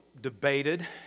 debated